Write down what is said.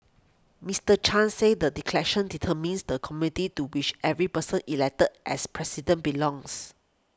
Mister Chan said the declaration determines the community to which every person elected as President belongs